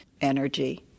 energy